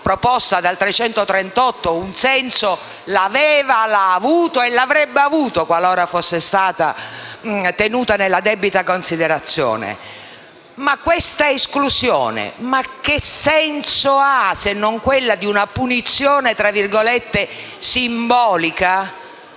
penale, un senso l'aveva, l'ha avuto e l'avrebbe avuto qualora fosse stata tenuta nella debita considerazione. Questa esclusione che senso ha, se non quello di una punizione «simbolica»?